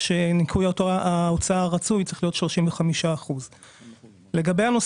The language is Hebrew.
שניכוי ההוצאה הרצוי צריך להיות 35%. אז